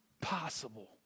possible